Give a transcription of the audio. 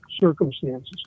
circumstances